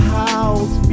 house